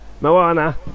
Moana